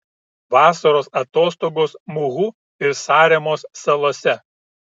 vasaros atostogos muhu ir saremos salose